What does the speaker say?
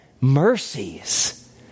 mercies